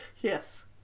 Yes